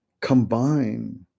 combine